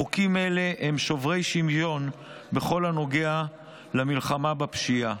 חוקים אלה הם שוברי שוויון בכל הנוגע למלחמה בפשיעה.